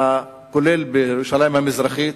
גם בירושלים המזרחית.